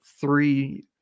three